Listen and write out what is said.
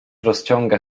rozciąga